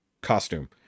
costume